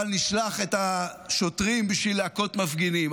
אבל נשלח את השוטרים בשביל להכות מפגינים.